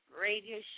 Radio